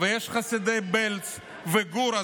יש את חסידי בעלז וגור.